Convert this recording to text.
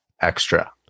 extra